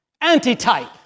antitype